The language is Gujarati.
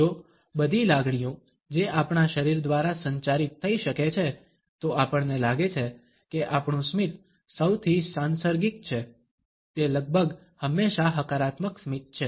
જો બધી લાગણીઓ જે આપણા શરીર દ્વારા સંચારિત થઈ શકે છે તો આપણને લાગે છે કે આપણું સ્મિત સૌથી સાંસર્ગિક છે તે લગભગ હંમેશા હકારાત્મક સ્મિત છે